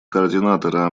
координатора